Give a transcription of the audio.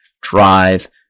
drive